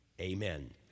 Amen